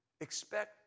expect